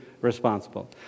responsible